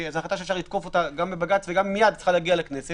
זו החלטה שאפשר לתקוף אותה גם בבג"ץ והיא צריכה גם להגיע מיד לכנסת.